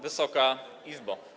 Wysoka Izbo!